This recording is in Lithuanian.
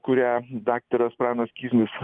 kurią daktaras pranas kiznis